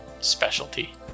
specialty